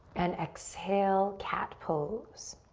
and exhale, cat pose.